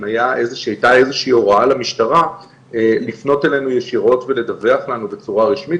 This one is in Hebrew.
הייתה איזה שהיא הוראה למשטרה לפנות אלינו ישירות ולדווח לנו בצורה רשמית,